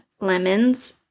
lemons